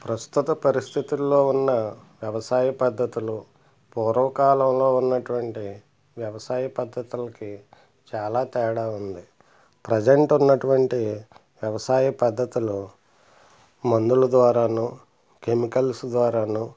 ప్రస్తుత పరిస్థితుల్లో ఉన్న వ్యవసాయ పద్ధతులు పూర్వకాలంలో ఉన్నటువంటి వ్యవసాయ పద్ధతులకి చాలా తేడా ఉంది ప్రజెంట్ ఉన్నటువంటి వ్యవసాయ పద్ధతులు మందుల ద్వారాను కెమికల్స్ ద్వారాను